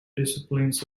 disciplines